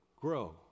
grow